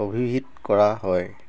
অভিহিত কৰা হয়